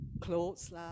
clothes